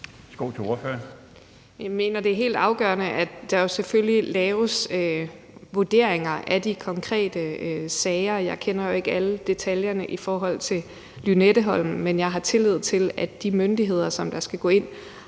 Jeg mener, at det er helt afgørende, at der selvfølgelig laves vurderinger af de konkrete sager. Jeg kender jo ikke alle detaljerne i forhold til Lynetteholmen, men jeg har tillid til, at de myndigheder, som skal gå ind